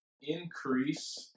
increase